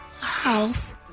house